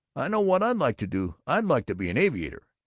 i know what i'd like to do. i'd like to be an aviator,